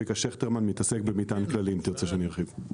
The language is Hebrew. אנחנו מתעסקים במטען כללי, אם תרצה שארחיב.